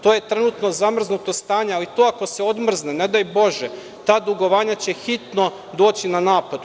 To je trenutno zamrznuto stanje, ali to ako se odmrzne, ne daj bože, ta dugovanja će hitno doći na naplatu.